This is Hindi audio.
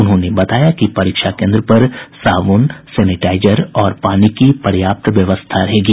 उन्होंने बताया कि परीक्षा केन्द्र पर साबुन सेनेटाइजर और पानी की पर्याप्त व्यवस्था रहेगी